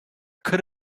could